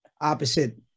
opposite